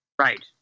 Right